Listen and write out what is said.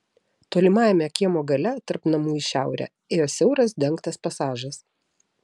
tolimajame kiemo gale tarp namų į šiaurę ėjo siauras dengtas pasažas